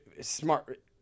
smart